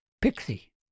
Pixie